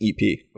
EP